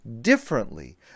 differently